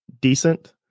decent